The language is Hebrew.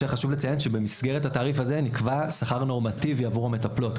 חשוב לציין שבמסגרת התעריף הזה נקבע שכר נורמטיבי עבור המטפלות,